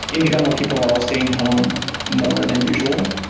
in general, people are all staying home more than usual,